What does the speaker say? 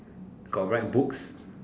got write books